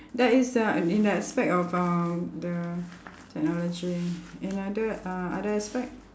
that is uh in the aspect of um the technology in other uh other aspect